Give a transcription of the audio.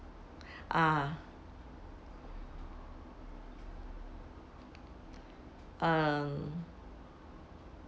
ah um